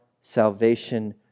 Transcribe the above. salvation